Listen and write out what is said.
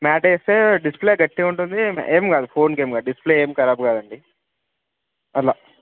mat వేస్తే display గట్టిగా ఉంటుంది ఏమి కాదు ఫోన్కి ఏమి కాదు డిస్ప్లే ఏమీ కారాబ్ కాదండి అలా